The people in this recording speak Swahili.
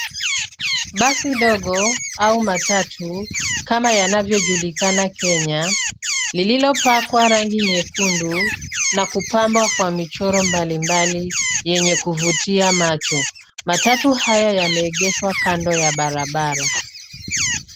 Basi dogo au matatu kama yanavyojulikana Kenya lililopakwa rangi nyekundu na kupambwa kwa michoro mbali mbali yenye kuvutia macho. Matatu haya yameegeshwa kando ya barabara.